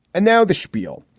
and now the spiel.